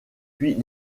puis